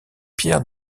pierre